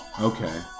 Okay